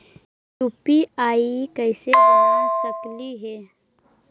UPI कैसे बना सकली हे?